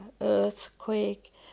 earthquake